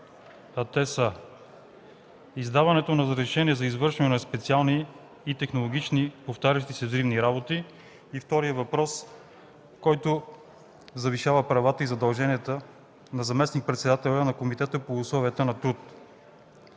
те са: издаването на разрешение за извършване на специални и технологични повтарящи се взаимни работи и завишаването на правата и задълженията на заместник-председателя на Комитета по условията на труд.